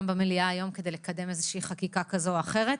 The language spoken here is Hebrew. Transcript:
במליאה היום כדי לקדם חקיקה כזאת או אחרת.